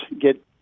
get